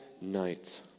night